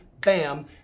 Bam